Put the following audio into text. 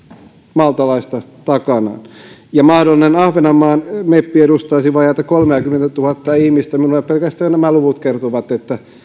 maltalaista takanaan mahdollinen ahvenanmaan meppi edustaisi vajaata kolmeakymmentätuhatta ihmistä jo pelkästään nämä luvut kertovat että